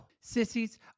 Sissies